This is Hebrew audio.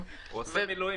שאני לא מצליחה להבין,